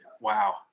wow